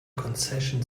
concession